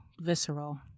visceral